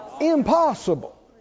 Impossible